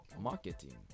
marketing